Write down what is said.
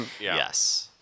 Yes